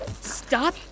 Stop